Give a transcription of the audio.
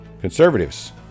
Conservatives